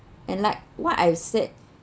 and like what I said